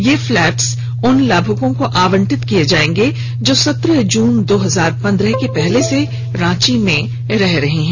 ये फ्लैट उन लाभुकों को आवंटित किये जाएंगे जो सत्रह जून दो हजार पंद्रह के पहले से रांची में रह रहे हैं